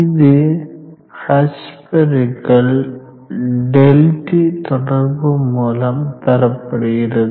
இது h பெருக்கல் ΔT தொடர்பு மூலம் பெறப்படுகிறது